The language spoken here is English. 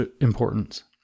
importance